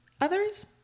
Others